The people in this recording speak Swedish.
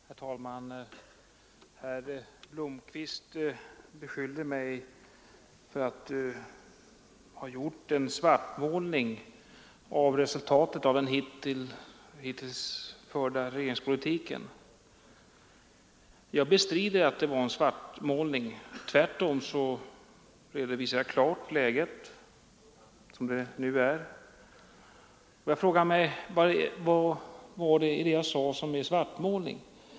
Herr talman! Herr Blomkvist beskyllde mig för att ha gjort en svartmålning av resultatet av den hittills förda regeringspolitiken. Jag bestrider att det var en svartmålning — tvärtom redovisade jag klart läget som det nu är. Jag frågar: Vad är det i det jag sade som är en svartmålning?